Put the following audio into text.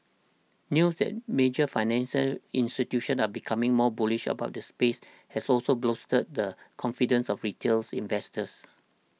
news that major financial institutions are becoming more bullish about the space has also bolstered the confidence of retails investors